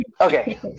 Okay